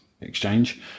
Exchange